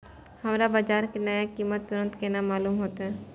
हमरा बाजार के नया कीमत तुरंत केना मालूम होते?